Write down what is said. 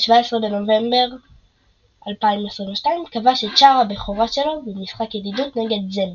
ב-17 בנובמבר 2022 כבש את שער הבכורה שלו במשחק ידידות נגד זמביה.